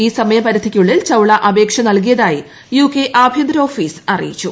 ഈ സമയപ്പരിയിക്കുള്ളിൽ ചൌള അപേക്ഷ നൽകിയതായി യുകെ ആഭ്യത്ത് ഓഫീസ് അറിയിച്ചു